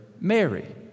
Mary